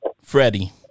Freddie